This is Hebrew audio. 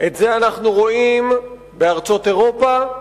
את זה אנחנו רואים בארצות אירופה,